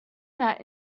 that